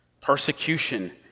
persecution